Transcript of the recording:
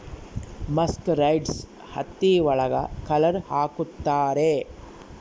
mercerised ಹತ್ತಿ ಒಳಗ colour ಹಾಕುತ್ತಾರೆ